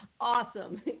awesome